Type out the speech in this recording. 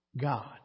God